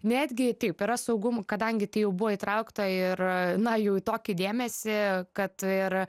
netgi taip yra saugumo kadangi tai jau buvo įtraukta ir na jau į tokį dėmesį kad ir